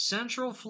Central